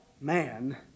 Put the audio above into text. man